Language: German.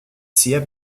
sehr